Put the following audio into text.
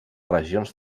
regions